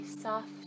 soft